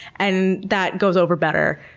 and that goes over better.